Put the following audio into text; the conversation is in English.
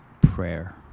prayer